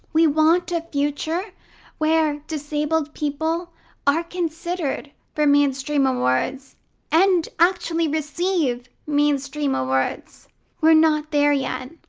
we want a future where disabled people are considered for mainstream awards and actually receive mainstream awards we're not there yet.